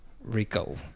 rico